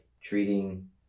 treating